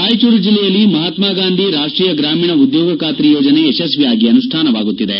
ರಾಯಚೂರು ಜಿಲ್ಲೆಯಲ್ಲಿ ಮಹಾತ್ಮ ಗಾಂಧಿ ರಾಷ್ಟೀಯ ಗ್ರಾಮೀಣ ಉದ್ಯೋಗ ಖಾತರಿ ಯೋಜನೆ ಯಶಸ್ವಿಯಾಗಿ ಅನುಷ್ಟಾನವಾಗುತ್ತಿದೆ